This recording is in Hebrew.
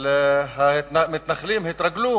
אבל המתנחלים התרגלו